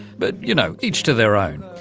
but, you know, each to their own.